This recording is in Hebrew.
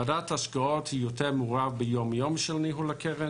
ועדת ההשקעות היא יותר מעורה ביום-יום של ניהול הקרן,